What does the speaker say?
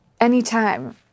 Anytime